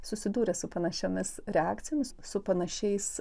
susidūrę su panašiomis reakcijomis su panašiais